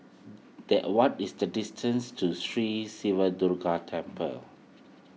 the what is the distance to Sri Siva Durga Temple